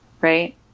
right